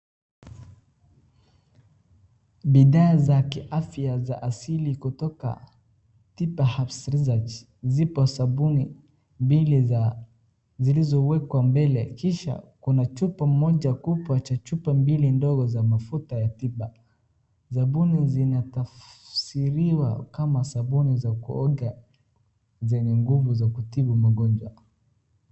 Bidhaa za kiafya za asili kutoka Tiba herbs research. Ziko sabuni mbili zilizowekwa mbele, kisha kuna chupa moja kubwa na chupa mbili ndogo za mafuta ya tiba. Sabuni zinatafsiriwa kama sabuni za kuoga zenye nguvu za kutibu magonjwa.